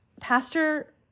Pastor